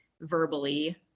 verbally